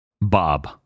Bob